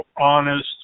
honest